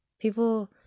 People